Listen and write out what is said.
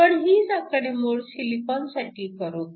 आपण हीच आकडेमोड सिलिकॉन साठी करू